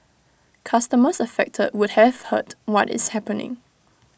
customers affected would have heard what is happening